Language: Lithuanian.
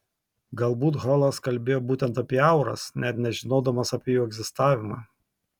galbūt holas kalbėjo būtent apie auras net nežinodamas apie jų egzistavimą